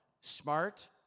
smart